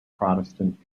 protestant